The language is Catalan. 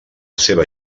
seva